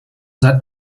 seit